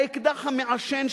האקדח המעשן,